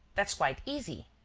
that's quite easy.